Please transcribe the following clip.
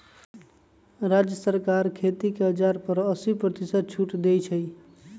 राज्य सरकार खेती के औजार पर अस्सी परतिशत छुट देई छई